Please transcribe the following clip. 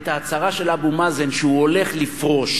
את ההצהרה של אבו מאזן שהוא הולך לפרוש.